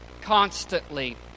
Constantly